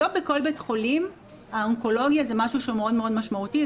היום בכל בית חולים האונקולוגיה זה משהו מאוד מאוד משמעותי,